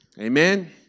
Amen